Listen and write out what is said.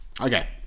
Okay